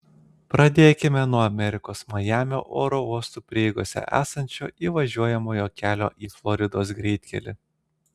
pradėkime nuo amerikos majamio oro uostų prieigose esančio įvažiuojamojo kelio į floridos greitkelį